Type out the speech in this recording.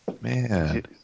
Man